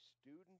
student